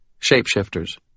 shapeshifters